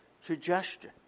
suggestion